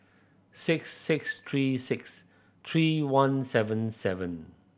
six six three six three one seven seven